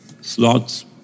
slots